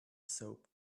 sobbed